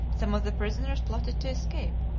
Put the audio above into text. some of the prisoners plotted to escape,